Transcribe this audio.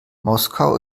moskau